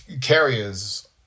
carriers